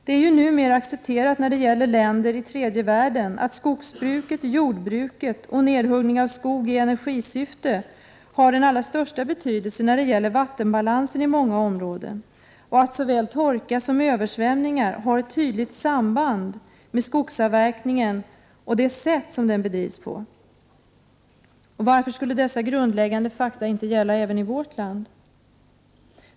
Det är ju numera accepterat när det gäller länder i tredje världen att skogsbruket, jordbruket och nedhuggning av skog i energisyfte har den allra största betydelse för vattenbalansen i många områden och att såväl torka som översvämningar har ett tydligt samband med skogsavverkning och det sätt som den bedrivs på. Varför skulle dessa grundläggande fakta inte gälla även i vårt land?